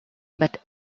but